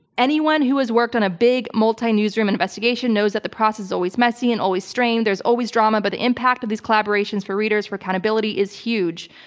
anyone who has worked on a big multi-newsroom investigation knows that the process is always messy and always strained. there's always drama but the impact of these collaborations for readers, for accountability is huge.